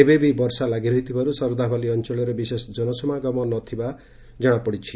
ଏବେ ବି ବର୍ଷା ଲାଗି ରହିଥିବାରୁ ଶରଧାବାଲି ଅଞ୍ଚଳରେ ବିଶେଷ ଜନସମାଗମ ନଥିବା ଦେଖିବାକୁ ମିଳିଛି